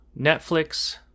Netflix